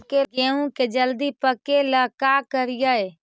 गेहूं के जल्दी पके ल का करियै?